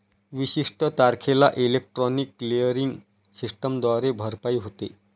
विशिष्ट तारखेला electronic clearing सिस्टमद्वारे भरपाई होते